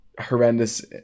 horrendous